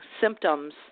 symptoms